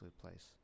place